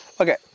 Okay